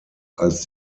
als